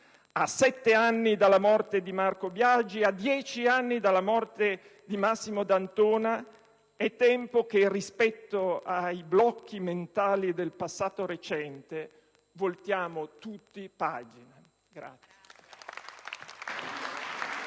A sette anni dalla morte di Marco Biagi e a dieci anni dalla morte di Massimo D'Antona, è tempo che, rispetto ai blocchi mentali del passato recente, voltiamo tutti pagina.